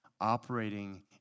operating